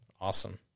Awesome